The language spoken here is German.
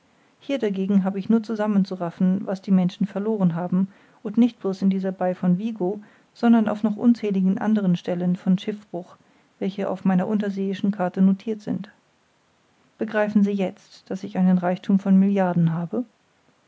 hier dagegen habe ich nur zusammen zu raffen was die menschen verloren haben und nicht blos in dieser bai von vigo sondern auf noch unzähligen anderen stellen von schiffbruch welche auf meiner unterseeischen karte notirt sind begreifen sie jetzt daß ich einen reichthum von milliarden habe